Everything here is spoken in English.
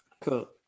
Cool